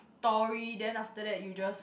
story then after that you just